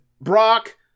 Brock